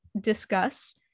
discuss